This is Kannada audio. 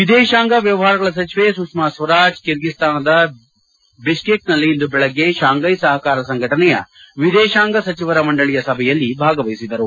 ವಿದೇಶಾಂಗ ವ್ಯವಹಾರಗಳ ಸಚಿವೆ ಸುಷ್ಮಾ ಸ್ವರಾಜ್ ಕಿರ್ಗಿಸ್ತಾನದ ಬಿಷ್ಕೆಕ್ನಲ್ಲಿ ಇಂದು ಬೆಳಿಗ್ಗೆ ಶಾಂಘೈ ಸಹಕಾರ ಸಂಘಟನೆಯ ವಿದೇಶಾಂಗ ಸಚಿವರ ಮಂಡಳಿಯ ಸಭೆಯಲ್ಲಿ ಭಾಗವಹಿಸಿದರು